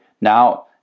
now